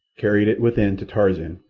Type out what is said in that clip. carried it within to tarzan,